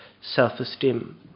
self-esteem